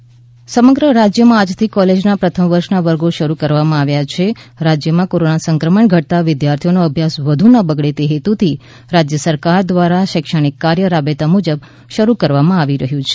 college શરૂ સમગ્ર રાજ્યમાં આજથી કોલેજના પ્રથમ વર્ષના વર્ગો શરૂ કરવામાં આવ્યા છે રાજ્યમાં કોરોના સંક્રમણ ઘટતાં વિદ્યાર્થીઓનો અભ્યાસ વધુ ન બગડે તે હેતુથી રાજ્ય સરકાર દ્વારા શૈક્ષણિક કાર્ય રાબેતા મુજબ શરૂ કરવામાં આવી રહ્યું છે